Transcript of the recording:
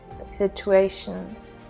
situations